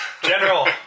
general